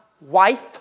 wife